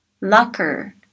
Locker